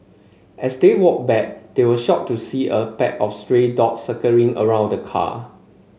as they walked back they were shocked to see a pack of stray dogs circling around the car